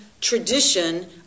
tradition